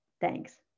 Thanks